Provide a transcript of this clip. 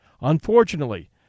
Unfortunately